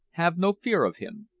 have no fear of him.